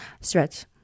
stretch